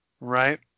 right